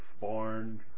barn